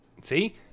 See